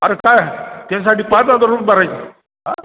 अरे काय त्याच्यासाठी पाच हजार भरायचं हां